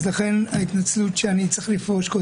לכן אני אצטרך לפרוש.